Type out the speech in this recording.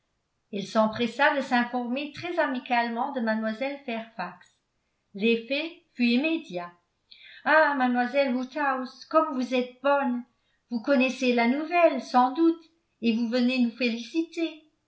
elle s'empressa de s'informer très amicalement de mlle fairfax l'effet fut immédiat ah mademoiselle woodhouse comme vous êtes bonne vous connaissez la nouvelle sans doute et vous venez nous féliciter